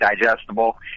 digestible